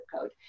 code